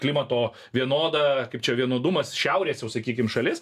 klimato vienoda kaip čia vienodumas šiaurės jau sakykim šalis